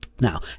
Now